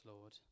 Lord